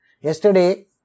Yesterday